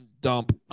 dump